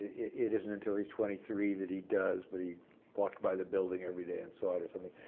it isn't until he's twenty three that he does, but he walked by the building every day and saw it or something.